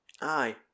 Aye